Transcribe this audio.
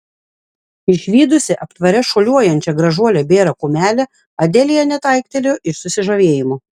išvydusi aptvare šuoliuojančią gražuolę bėrą kumelę adelija net aiktelėjo iš susižavėjimo